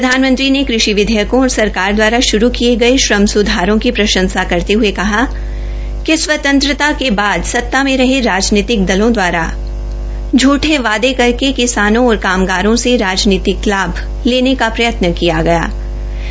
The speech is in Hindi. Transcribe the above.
प्रधानमंत्री ने कृषि विधेयकों और सरकार दवारा शुरू किये गये श्रम सुधारों की प्रंशसा करते हये कहा कि स्वतंत्रता के बाद सत्ता में रहे राजनीतिक दलों द्वारा झूई वायदे करके किसानों और कामगारों से राजनीति लाभ लेने का प्रयत्न किया गया है